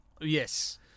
yes